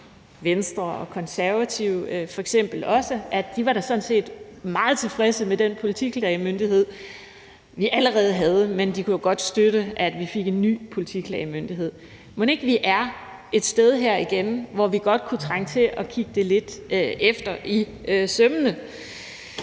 Venstre og Konservative, at de da sådan set var meget tilfredse med den politiklagemyndighed, vi allerede havde, men at de godt kunne støtte, at vi fik en ny politiklagemyndighed. Mon ikke vi er et sted her igen, hvor vi godt kunne trænge til at kigge det lidt efter i sømmene?